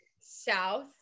south